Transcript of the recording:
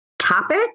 topic